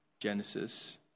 Genesis